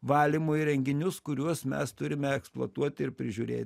valymo įrenginius kuriuos mes turime eksploatuoti ir prižiūrėt